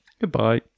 Goodbye